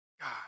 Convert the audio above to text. God